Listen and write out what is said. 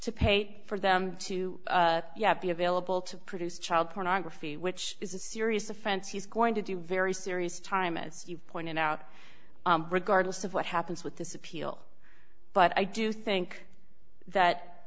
to pay for them to be available to produce child pornography which is a serious offense he's going to do very serious time as you point out regardless of what happens with this appeal but i do think that